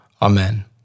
amen